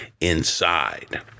inside